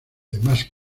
demás